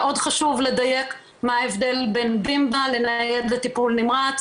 מאוד חשוב לדייק מה ההבדל בין בימבה לניידת טיפול נמרץ,